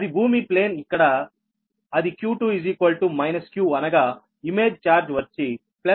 అది భూమి ప్లేన్ ఇక్కడ అది q2 q అనగా ఇమేజ్ ఛార్జ్ వచ్చి ప్లస్ q అవుతుంది